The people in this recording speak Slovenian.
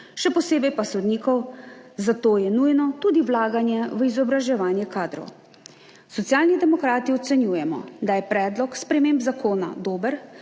še posebej pa sodnikov, zato je nujno tudi vlaganje v izobraževanje kadrov. Socialni demokrati ocenjujemo, da je predlog sprememb zakona dober,